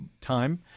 time